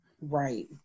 Right